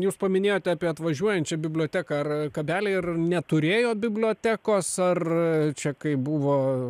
jūs paminėjote apie atvažiuojančią biblioteką ar kabeliai ir neturėjo bibliotekos ar čia kai buvo